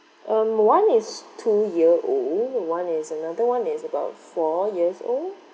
um one is two year old one is another [one] is about four years old